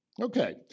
Okay